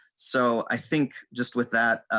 so i think just with that.